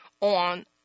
on